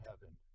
heaven